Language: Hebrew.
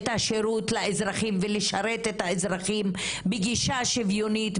השירות לאזרחים ולשרת את האזרחים בגישה שוויונית,